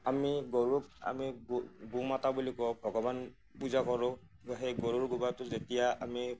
আমি গৰুক আমি গো গো মাতা বুলি কওঁ ভগৱান পূজা কৰোঁ তো সেই গৰুৰ গোবৰটো যেতিয়া আমি